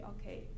okay